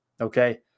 Okay